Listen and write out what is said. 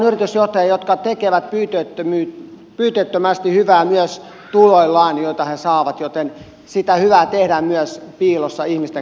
tiedän paljon yritysjohtajia jotka tekevät pyyteettömästi hyvää myös tuloillaan joita he saavat joten sitä hyvää tehdään myös piilossa ihmisten katseilta